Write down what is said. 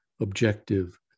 objective